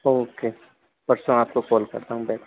okay परसों आपको call करता हूँ मैं